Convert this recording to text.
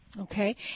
Okay